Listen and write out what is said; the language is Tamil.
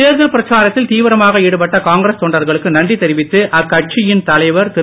தேர்தல் பிரச்சாரத்தில் தீவிரமாக ஈடுபட்ட காங்கிரஸ் தொண்டர்களுக்கு நன்றி தெரிவித்து அக்கட்சியின் தலைவர் திரு